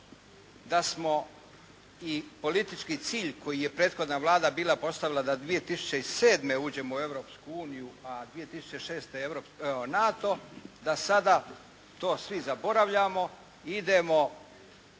da smo i politički cilj koji je prethodna Vlada bila postavila da 2007. uđemo u Europsku uniju, a 2006. u NATO da sada to svi zaboravljamo i idemo